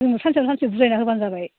जोंनो सानसेयावनो सानसे बुजायना होबानो जाबाय